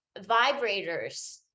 vibrators